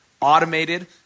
automated